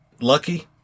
lucky